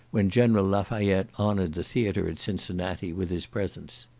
when general lafayette honoured the theatre at cincinnati with his presence.